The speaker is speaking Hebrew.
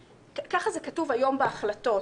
ככה זה כתוב היום בהחלטות,